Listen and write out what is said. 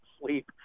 sleep